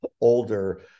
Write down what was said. older